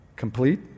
complete